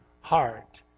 heart